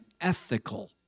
ethical